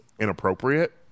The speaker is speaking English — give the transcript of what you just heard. inappropriate